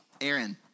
Aaron